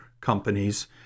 companies